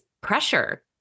pressure